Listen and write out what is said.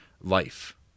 life